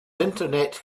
internet